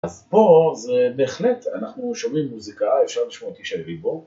אז פה, זה בהחלט, אנחנו שומעים מוזיקה, אפשר לשמוע ישי ריבו